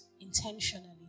intentionally